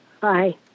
Bye